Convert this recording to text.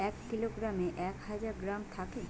এক কিলোগ্রামে এক হাজার গ্রাম থাকে